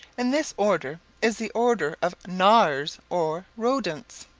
and this order is the order of gnawers, or rodents.